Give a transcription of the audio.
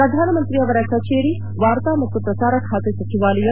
ಪ್ರಧಾನಮಂತ್ರಿಯವರ ಕಚೇರಿ ವಾರ್ತಾ ಮತ್ತು ಪ್ರಸಾರ ಖಾತೆ ಸಚಿವಾಲಯ